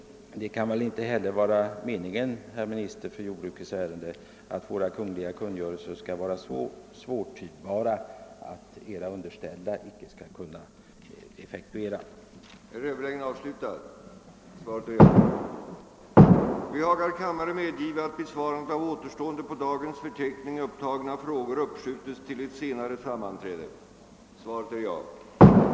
Det kan väl inte vara meningen, herr jordbruksminister, att kungörelserna skall vara så svårtydbara att den Er underställda personalen inte kan tillämpa dem?